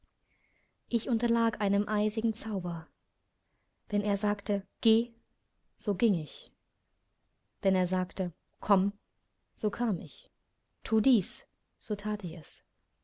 ich unterlag einem eisigen zauber wenn er sagte geh so ging ich wenn er sagte komm so kam ich thu dies so that ich